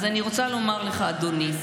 אז אני רוצה לומר לך, אדוני,